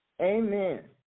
amen